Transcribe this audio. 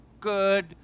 good